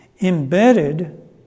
embedded